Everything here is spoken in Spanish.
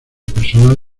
personas